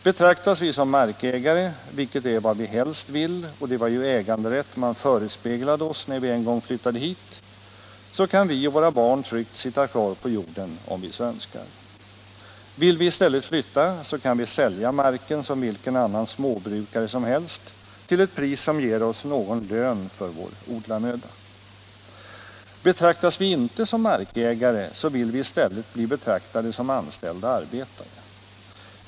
Betraktas vi som markägare så kan vi och våra barn tryggt sitta kvar på jorden om vi så önskar. Vill vi istället flytta, så kan vi sälja marken som vilken annan småbrukare som helst, till ett pris som ger oss lön för vår odlarmöda. Betraktas vi inte som markägare, så vill vi istället bli betraktade som anställda arbetare.